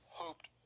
hoped